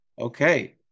Okay